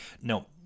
no